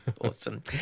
Awesome